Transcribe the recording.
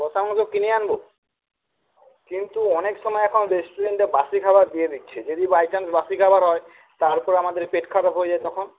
কষা মাংস কিনে আনবো কিন্তু অনেক সময়ই এখন রেস্টুরেন্টে বাসি খাবার দিয়ে দিচ্ছে যদি বাই চান্স বাসি খাবার হয় তারপর আমাদের পেট খারাপ হয়ে যায় তখন